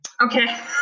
Okay